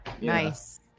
Nice